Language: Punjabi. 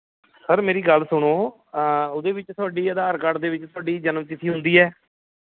ਸਰ ਮੇਰੀ ਗੱਲ ਸੁਣੋ ਉਹਦੇ ਵਿੱਚ ਤੁਹਾਡੀ ਆਧਾਰ ਕਾਰਡ ਦੇ ਵਿੱਚ ਤੁਹਾਡੀ ਜਨਮ ਤਿਥੀ ਹੁੰਦੀ ਹੈ